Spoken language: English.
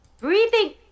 breathing